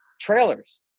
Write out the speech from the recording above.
trailers